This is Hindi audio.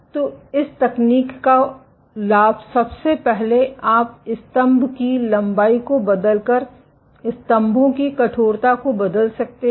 तो इस तकनीक का लाभ सबसे पहले आप स्तंभ की लंबाई को बदलकर स्तंभों की कठोरता को बदल सकते हैं